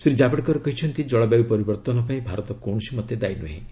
ଶ୍ରୀ ଜାଭେଡକର କହିଛନ୍ତି ଜଳବାୟୁ ପରିବର୍ତ୍ତନ ପାଇଁ ଭାରତ କୌଣସି ମତେ ଦାୟୀ ନୁହେଁ